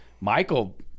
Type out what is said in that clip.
Michael